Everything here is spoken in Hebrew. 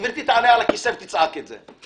גברתי תעלה על הכיסא ותצעק את זה.